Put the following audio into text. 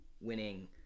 winning